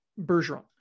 Bergeron